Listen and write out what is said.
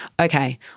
Okay